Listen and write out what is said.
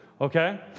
Okay